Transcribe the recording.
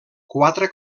quatre